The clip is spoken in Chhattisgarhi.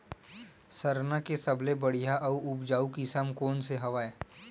सरना के सबले बढ़िया आऊ उपजाऊ किसम कोन से हवय?